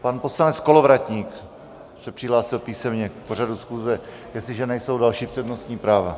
Pan poslanec Kolovratník se přihlásil písemně k pořadu schůze, jestliže nejsou další přednostní práva.